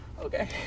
Okay